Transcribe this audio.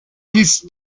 his